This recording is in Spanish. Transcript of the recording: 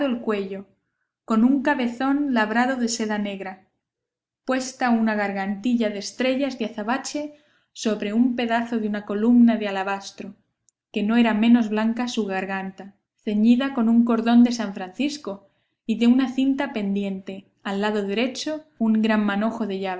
el cuello con un cabezón labrado de seda negra puesta una gargantilla de estrellas de azabache sobre un pedazo de una coluna de alabastro que no era menos blanca su garganta ceñida con un cordón de san francisco y de una cinta pendiente al lado derecho un gran manojo de